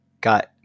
got